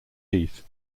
heath